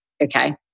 Okay